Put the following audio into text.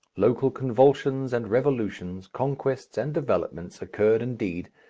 local convulsions and revolutions, conquests and developments, occurred indeed,